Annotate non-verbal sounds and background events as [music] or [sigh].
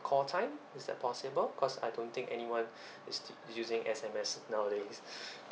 call time is that possible cause I don't think anyone [breath] is still using S_M_S nowadays [breath]